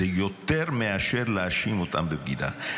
זה יותר מאשר להאשים אותם בבגידה.